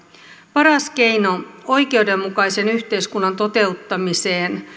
paras keino oikeudenmukaisen yhteiskunnan toteuttamiseen